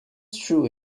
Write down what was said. true